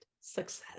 success